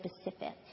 specific